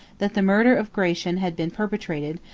that the murder of gratian had been perpetrated,